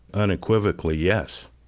unequivocally, yes.